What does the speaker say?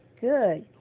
Good